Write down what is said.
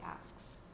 asks